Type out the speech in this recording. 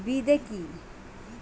বিদে কি?